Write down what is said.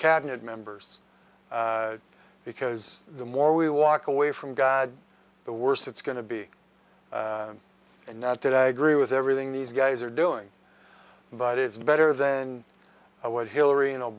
cabinet members because the more we walk away from god the worse it's going to be and not that i agree with everything these guys are doing but it's better than what hillary